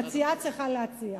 המציעה צריכה להציע.